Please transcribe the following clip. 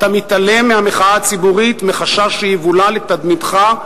אתה מתעלם מהמחאה הציבורית מחשש שיבולע לתדמיתך,